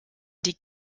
die